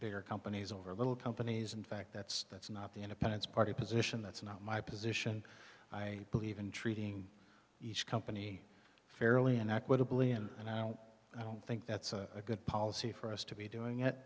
bigger companies over little companies in fact that's that's not the independence party position that's not my position i believe in treating each company fairly and equitably and i don't think that's a good policy for us to be doing it